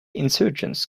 insurgents